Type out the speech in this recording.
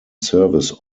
service